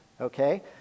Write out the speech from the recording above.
okay